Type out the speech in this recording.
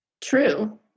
True